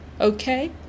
okay